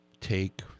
take